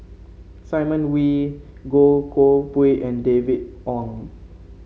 Simon Wee Goh Koh Pui and David Wong